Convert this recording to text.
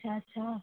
अछा अछा